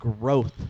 growth